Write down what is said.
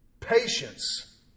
Patience